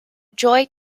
joy